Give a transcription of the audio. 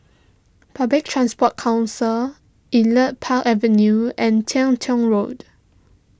Public Transport Council Elite Park Avenue and Teng Tong Road